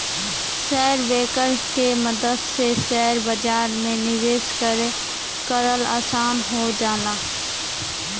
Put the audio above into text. share broker के मदद से शेयर बाजार में निवेश करे आसान हो जाला